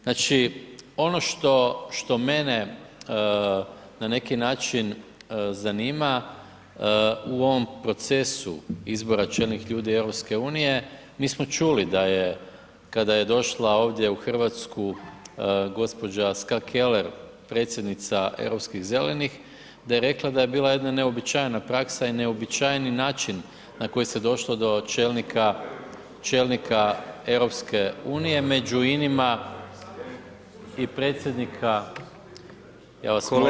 Znači, ono što mene na neki način zanima u ovom procesu izbora čelnih ljudi EU-a, mi smo čuli da je kada je došla ovdje u Hrvatsku, gđa. Ska Keller, predsjednica europskih Zelenih, da je rekla da je bila jedna neuobičajena praksa i neuobičajeni način na koji se došlo do čelnika EU-a, među inima i predsjednika, …… [[Upadica sa strane, ne razumije se.]] Ja vas molim.